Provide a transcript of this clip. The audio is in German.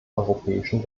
europäischen